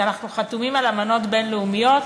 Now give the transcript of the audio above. אנחנו חתומים על אמנות בין-לאומיות.